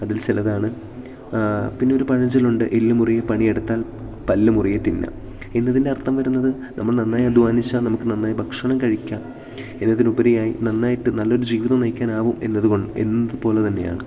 അതിൽ ചിലതാണ് പിന്നൊരു പഴഞ്ചൊല്ലുണ്ട് എല്ലു മുറിയെ പണിയെടുത്താൽ പല്ലു മുറിയെ തിന്നാം എന്നതിൻ്റെ അർത്ഥം വരുന്നത് നമ്മൾ നന്നായി അധ്വാനിച്ചാൽ നമുക്ക് നന്നായി ഭക്ഷണം കഴിക്കാം എന്നതിനുപരിയായി നന്നായിട്ട് നല്ലൊരു ജീവിതം നയിക്കാനാവും എന്നതുകൊണ്ട് എന്നതുപോലെ തന്നെയാണ്